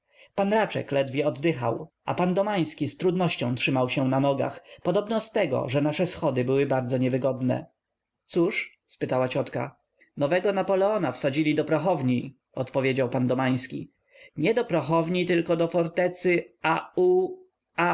raczek ledwie oddychał a p domański z trudnością trzymał się na nogach podobno z tego że nasze schody były bardzo niewygodne cóż spytała ciotka nowego napoleona wsadzili do prochowni odpowiedział p domański nie do prochowni tylko do fortecy